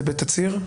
בתצהיר,